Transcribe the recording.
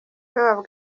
favor